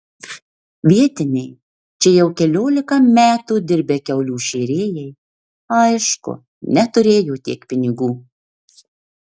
vietiniai čia jau keliolika metų dirbę kiaulių šėrėjai aišku neturėjo tiek pinigų